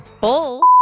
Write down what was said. bull